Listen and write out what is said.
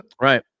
Right